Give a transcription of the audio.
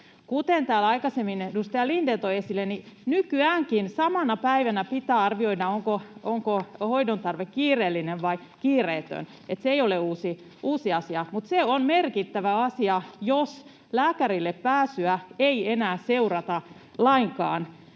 edustaja Lindén toi esille, nykyäänkin samana päivänä pitää arvioida, onko hoidon tarve kiireellinen vai kiireetön, niin että se ei ole uusi asia. Mutta se on merkittävä asia, jos lääkärille pääsyä ei enää seurata lainkaan.